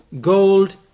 gold